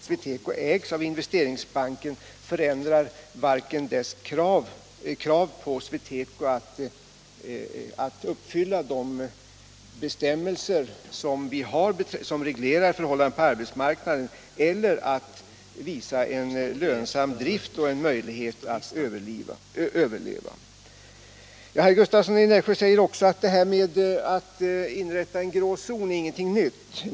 SweTeco ägs av Investeringsbanken, men detta förändrar varken kravet att uppfylla de bestämmelser som reglerar förhållandena på arbetsmarknaden eller kravet att visa en lönsam drift och en möjlighet att överleva. Herr Gustavsson i Nässjö säger också att detta med att inrätta en grå zon inte är någonting nytt.